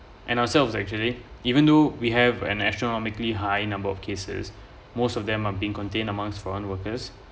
and ourselves actually even though we have an astronomically high number of cases most of them are being contain amongst foreign workers